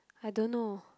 I don't know